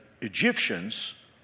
Egyptians